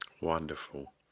Wonderful